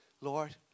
Lord